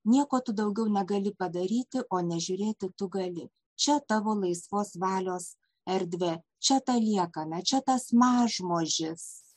nieko tu daugiau negali padaryti o nežiūrėti tu gali čia tavo laisvos valios erdvė čia ta liekana čia tas mažmožis